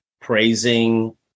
praising